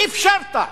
אפשרת,